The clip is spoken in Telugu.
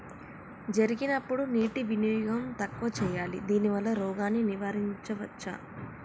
జరిగినప్పుడు నీటి వినియోగం తక్కువ చేయాలి దానివల్ల రోగాన్ని నివారించవచ్చా?